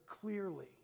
clearly